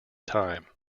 time